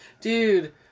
Dude